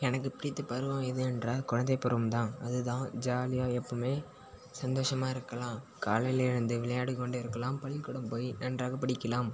எனக்கு பிடித்த பருவம் எது என்றால் குழந்தை பருவம் தான் அதுதான் ஜாலியாக எப்போதுமே சந்தோஷமா இருக்கலாம் காலையில் எழுந்து விளையாடி கொண்டிருக்கலாம் பள்ளிக்கூடம் போய் நன்றாக படிக்கலாம்